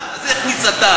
כשאתה מדבר על הרצת מניות,